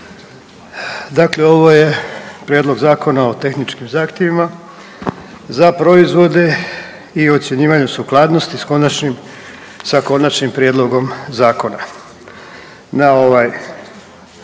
Dakle ovo je Prijedlog Zakona o tehničkim zahtjevima za proizvode i ocjenjivanju sukladnosti s konačnim prijedlogom zakona.